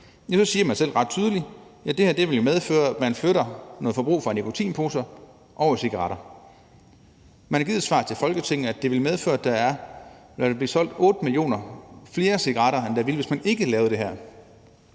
hvor man selv ret tydeligt siger, at det her vil medføre, at der flyttes noget forbrug fra nikotinposer til cigaretter. Man har givet et svar til Folketinget om, at det vil medføre, at der vil blive solgt 8 millioner flere cigaretter, end der ville, hvis man ikke lavede det her.